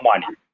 money